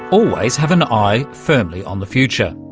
always have an eye firmly on the future.